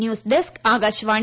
news desk Akashvani